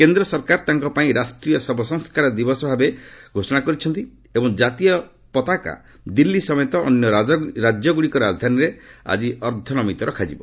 କେନ୍ଦ୍ର ସରକାର ତାଙ୍କ ପାଇଁ ରାଷ୍ଟ୍ରୀୟ ଶବ ସଂସ୍କାର ଦିବସ ଭାବେ ଘୋଷଣା କରିଛନ୍ତି ଏବଂ ଜାତୀୟ ପତାକା ଦିଲ୍ଲୀ ସମେତ ଅନ୍ୟ ରାଜ୍ୟଗୁଡ଼ିକର ରାଜଧାନୀରେ ଅର୍ଦ୍ଧନମିତ ରଖାଯିବ